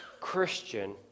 Christian